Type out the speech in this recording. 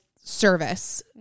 service